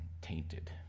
tainted